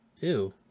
Ew